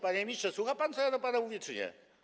Panie ministrze, słucha pan, co ja do pana mówię, czy nie?